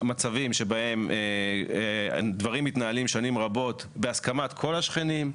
מצבים שבהם דברים מתנהלים שנים רבות בהסכמת כל השכנים,